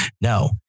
No